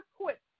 quit